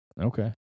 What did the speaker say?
Okay